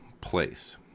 place